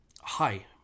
Hi